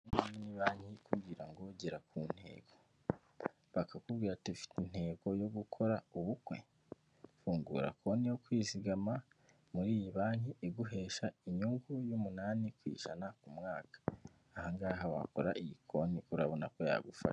Banki ikubwira ngo ugera ku ntego bakakubwira utifite intego yo gukora ubukwe, fungura konti yo kwizigama muri iyi banki iguhesha inyungu umunani ku ijana ku mwaka ahaha wakora iyi konti urabona ko yagufasha.